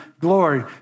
glory